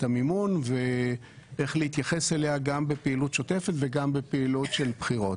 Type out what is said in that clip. המימון ואיך להתייחס אליה גם בפעילות שוטפת וגם בפעילות של בחירות.